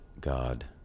God